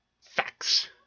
facts